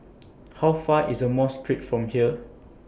How Far away IS Mosque Street from here